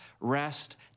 rest